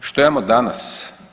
Što imamo danas?